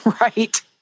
Right